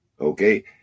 Okay